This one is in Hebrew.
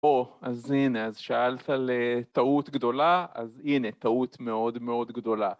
בוא, אז הנה, אז שאלת לטעות גדולה, אז הנה, טעות מאוד מאוד גדולה.